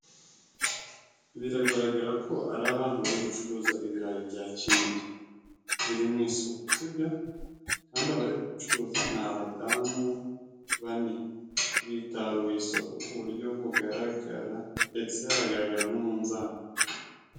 Biragaragara ko ari abantu bari gucuruza ibirayi bya kinigi. Biri mu isoko sibyo kandi abari kubicuruza ni abadamu bane, bitaruye isoko ku buryo bugaragara ndetse haragaragara n'umunzani.